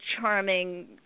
charming